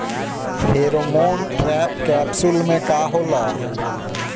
Pheromone trap capsule में का होला?